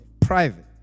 private